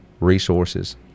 resources